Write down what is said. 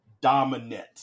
dominant